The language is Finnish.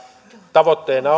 tavoitteena